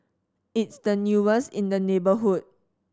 it's the newest in the neighbourhood